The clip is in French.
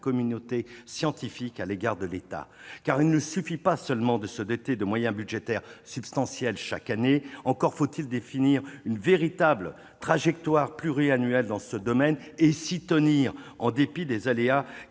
communauté scientifique à l'égard de l'État. Car il ne suffit pas de se doter de moyens budgétaires substantiels chaque année. Encore faut-il définir une véritable trajectoire pluriannuelle dans ce domaine et s'y tenir, en dépit des aléas